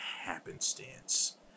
Happenstance